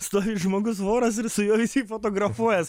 stovi žmogus voras ir su juo visi fotografuojas